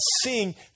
seeing